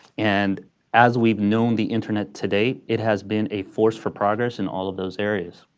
and as we've known the internet to date, it has been a force for progress in all of those areas.